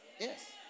Yes